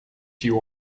you